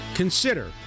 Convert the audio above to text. Consider